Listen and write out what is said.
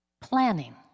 planning